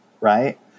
right